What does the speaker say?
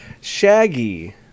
Shaggy